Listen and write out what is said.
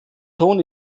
ton